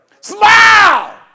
Smile